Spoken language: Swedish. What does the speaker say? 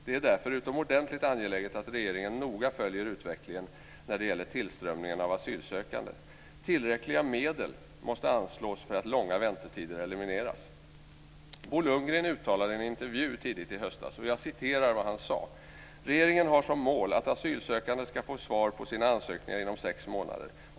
Det är därför utomordentligt angeläget att regeringen noga följer utvecklingen när det gäller tillströmningen av asylsökande. Tillräckliga medel måste anslås så att långa väntetider elimineras. Bo Lundgren uttalade i en intervju tidigt i höstas följande: "Regeringen har som mål att asylsökande skall få svar på sina ansökningar inom sex månader.